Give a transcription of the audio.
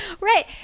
Right